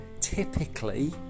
typically